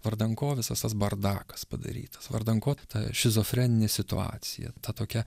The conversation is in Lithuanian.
vardan ko visas tas bardakas padarytas vardan ko ta šizofreninė situacija ta tokia